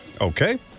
Okay